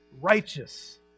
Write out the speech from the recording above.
righteous